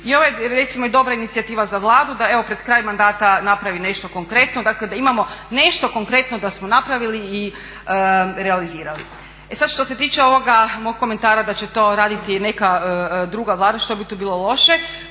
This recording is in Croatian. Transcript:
I ovo je recimo i dobra inicijativa za Vladu da evo pred kraj mandata napravi nešto konkretno, dakle da imamo nešto konkretno da smo napravili i realizirali. E sada što se tiče ovoga mog komentara da će to raditi neka druga Vlada, što bi tu bilo loše.